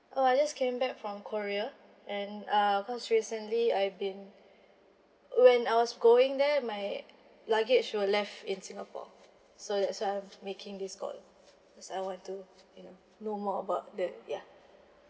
oh I just came back from korea and uh cause recently I've been when I was going there my luggage were left in singapore so that's why I'm making this call cause I want to you know know more about the ya